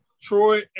Troy